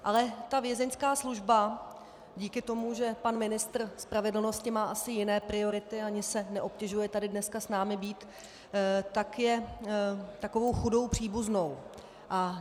Ale ta Vězeňská služba díky tomu, že pan ministr spravedlnosti má asi jiné priority, ani se neobtěžuje tady dneska s námi být, tak je takovou chudou příbuznou.